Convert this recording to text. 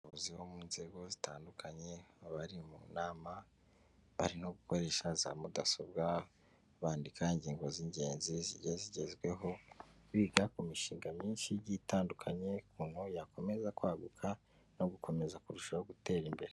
Abayobozi bo mu nzego zitandukanye, abari mu nama bari no gukoresha za mudasobwa, bandika ingingo z'ingenzi zigiye zigezweho, biga ku mishinga myinshi igiye itandukanye, ukuntu yakomeza kwaguka no gukomeza kurushaho gutera imbere.